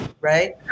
right